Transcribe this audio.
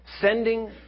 Sending